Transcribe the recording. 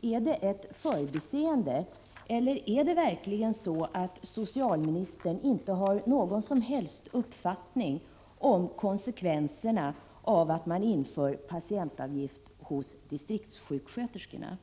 Är det ett förbiseende, eller är det verkligen så att socialministern inte har någon som helst uppfattning om konsekvenserna av att man inför patientavgift hos distriktssjuksköterskorna?